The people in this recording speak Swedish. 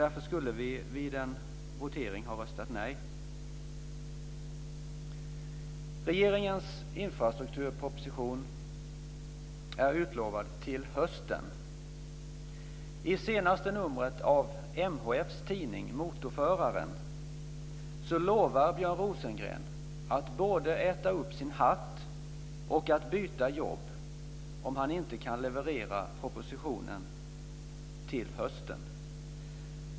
Därför skulle vi vid en votering ha röstat nej. Regeringens infrastrukturproposition är utlovad till hösten. I senaste numret av MHF:s tidning Motorföraren lovar Björn Rosengren att både äta upp sin hatt och byta jobb om han inte kan leverera propositionen till hösten.